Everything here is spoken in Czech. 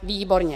Výborně.